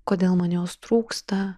kodėl man jos trūksta